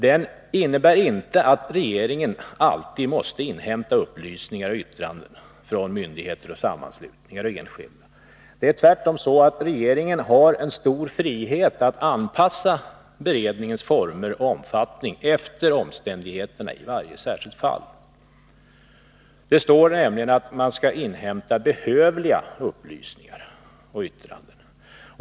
Den innebär inte att regeringen alltid måste inhämta upplysningar och yttranden från myndigheter, sammanslutningar och enskilda. Det är tvärtom så att regeringen har en stor frihet att anpassa beredningens former och omfattning efter omständigheterna i varje särskilt fall. Det heter nämligen att man skall inhämta behövliga upplysningar och yttranden.